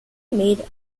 made